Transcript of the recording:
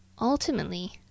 Ultimately